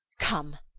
come,